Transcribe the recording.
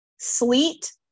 Sleet